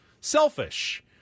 selfish